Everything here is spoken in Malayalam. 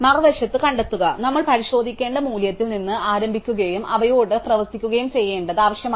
മറുവശത്ത് കണ്ടെത്തുക നമ്മൾ പരിശോധിക്കേണ്ട മൂല്യത്തിൽ നിന്ന് ആരംഭിക്കുകയും അവയോട് പ്രവർത്തിക്കുകയും ചെയ്യേണ്ടത് ആവശ്യമാണ്